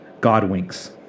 Godwinks